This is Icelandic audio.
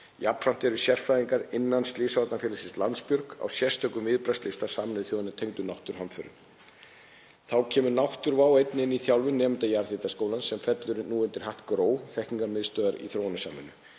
Jafnframt eru sérfræðingar innan slysavarnafélagsins Landsbjargar á sérstökum viðbragðslista Sameinuðu þjóðanna tengdum náttúruhamförum. Þá kemur náttúruvá einnig inn í þjálfun nemenda Jarðhitaskólans, sem fellur nú undir hatt GRÓ, þekkingarmiðstöðvar þróunarsamvinnu.